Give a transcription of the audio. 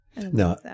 No